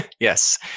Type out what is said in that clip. Yes